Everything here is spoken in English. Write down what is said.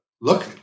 look